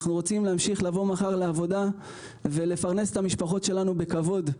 אנחנו רוצים להמשיך לבוא מחר לעבודה ולפרנס את המשפחות שלנו בכבוד.